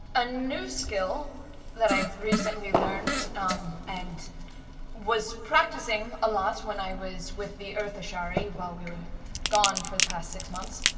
a new skill that i've recently learned um and was practicing a lot when i was with the earth ashari while we were gone for the past six months.